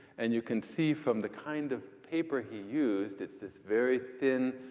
and you can see from the kind of paper he used it's this very thin,